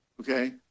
okay